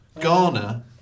Ghana